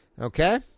Okay